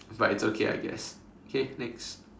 but it's okay I guess okay next